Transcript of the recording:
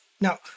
Now